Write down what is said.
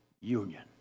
union